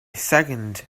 second